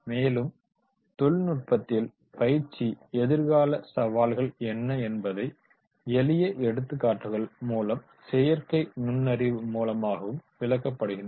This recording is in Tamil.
மேலும் தொழில்நுட்பத்தில் பயிற்சி எதிர்கால சவால்கள் என்ன என்பதை எளிய எடுத்துக்காட்டுகள் மூலமும் செயற்கை நுண்ணறிவு மூலமாகவும் விளக்கப்படுகின்றன